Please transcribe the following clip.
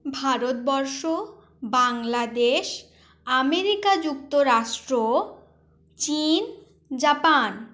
Bharatvarsha Bangladesh America যুক্তরাষ্ট্র চীন Japan